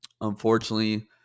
Unfortunately